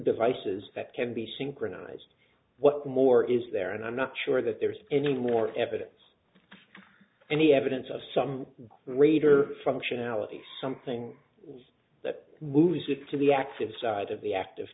devices that can be synchronized what more is there and i'm not sure that there's any more evidence any evidence of some greater functionality something that moves it to the active side of the active